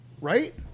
right